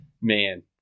man